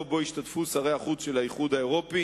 שבו ישתתפו שרי החוץ של האיחוד האירופי,